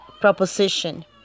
proposition